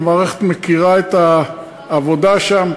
המערכת מכירה את העבודה שם,